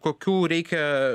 kokių reikia